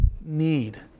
need